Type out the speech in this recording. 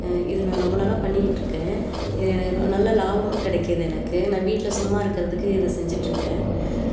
இது நான் ரொம்ப நாள் பண்ணிக்கிட்டு இருக்கேன் இது எனக்கு நல்ல லாபமும் கிடைக்குது எனக்கு நான் வீட்டில் சும்மா இருக்கிறதுக்கு இது செஞ்சுட்டு இருக்கேன்